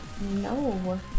No